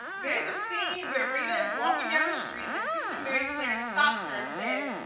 there's a scene where rita is walking down the street and sister mary clarence stops her and says,